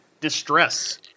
distress